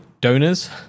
donors